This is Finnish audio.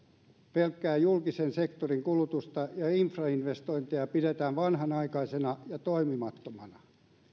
pelkkää julkisen sektorin kulutusta ja infrainvestointeja pidetään vanhanaikaisina ja toimimattomina